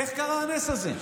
איך קרה הנס הזה?